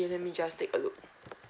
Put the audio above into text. okay let me just take a look